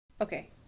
Okay